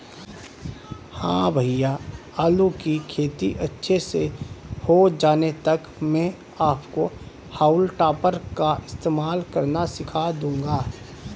हां भैया आलू की खेती अच्छे से हो जाने तक मैं आपको हाउल टॉपर का इस्तेमाल करना सिखा दूंगा